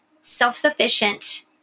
self-sufficient